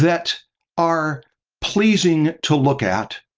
that are pleasing to look at,